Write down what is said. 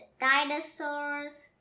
dinosaurs